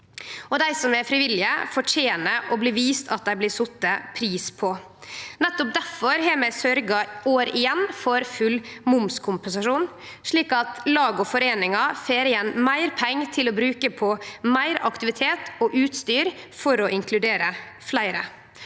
dei som er frivillige, fortener å bli viste at dei blir sette pris på. Nettopp difor har vi i år igjen sørgt for full momskompensasjon, slik at lag og foreiningar får meir pengar å bruke på meir aktivitet og utstyr for å inkludere fleire.